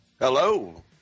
Hello